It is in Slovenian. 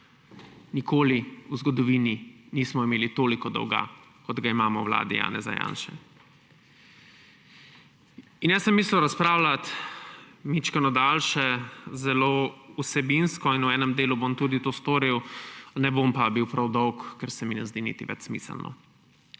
Nikoli v zgodovini nismo imeli toliko dolga, kot ga imamo v vladi Janeza Janše. Mislil sem razpravljati malo daljše, zelo vsebinsko in v enem delu bom to tudi storil, ne bom pa prav dolg, ker se mi niti ne zdi več smiselno.